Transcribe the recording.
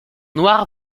noir